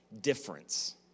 difference